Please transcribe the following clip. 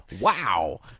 Wow